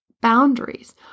boundaries